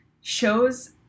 shows